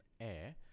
air